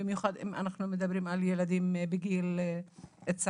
במיוחד אם אנחנו מדברים על ילדים בגיל צעיר.